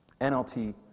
NLT